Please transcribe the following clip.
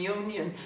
union